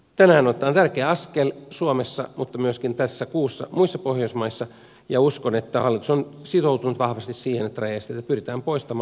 tänään otetaan tärkeä askel suomessa mutta tässä kuussa myöskin muissa pohjoismaissa ja uskon että hallitus on sitoutunut vahvasti siihen että rajaesteitä pyritään poistamaan